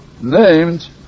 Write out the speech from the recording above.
named